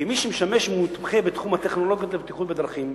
"כמי שמשמש מומחה בתחום הטכנולוגיות לבטיחות בדרכים,